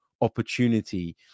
opportunity